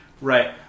Right